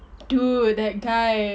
dude that guy